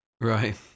right